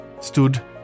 stood